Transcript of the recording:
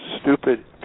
stupid